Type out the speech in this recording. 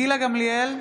גילה גמליאל,